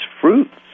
fruits